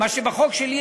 מה שבחוק שלי,